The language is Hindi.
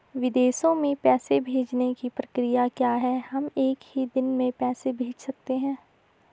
विदेशों में पैसे भेजने की प्रक्रिया क्या है हम एक ही दिन में पैसे भेज सकते हैं?